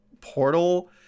portal